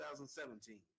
2017